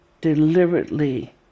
deliberately